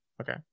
Okay